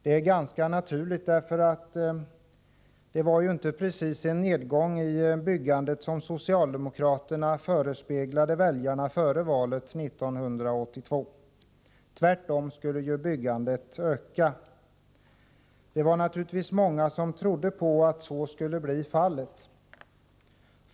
Det är ganska naturligt, därför att det var ju inte precis en nedgång i byggandet som socialdemokraterna förespeglade väljarna före valet 1982. Tvärtom skulle ju byggandet öka. Det var naturligtvis många som trodde på att så skulle bli fallet.